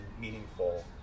meaningful